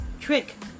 Trick